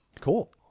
Cool